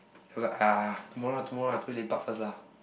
he was like ah tomorrow tomorrow lah today lepak first lah